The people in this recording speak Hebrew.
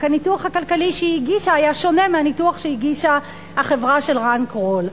רק הניתוח הכלכלי שהיא הגישה היה שונה מהניתוח שהגישה החברה של רן קרול.